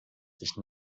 sich